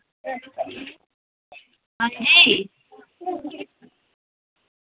अंजी